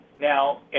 Now